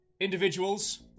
Individuals